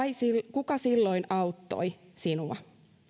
kuka silloin auttoi sinua